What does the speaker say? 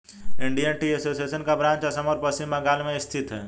Indian tea association का branch Assam और पश्चिम बंगाल में स्थित है